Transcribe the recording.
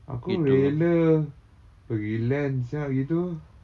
aku rela pergi LAN sia gitu